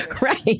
Right